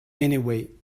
anyway